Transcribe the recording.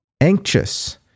anxious